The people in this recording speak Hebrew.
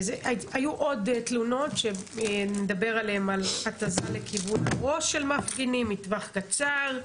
היו עוד תלונות שנדבר עליהם על התזה לכיוון הראש של מפגינים מטווח קצר,